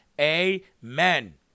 Amen